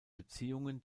beziehungen